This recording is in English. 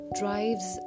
drives